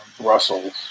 Brussels